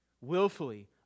willfully